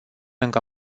încă